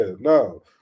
no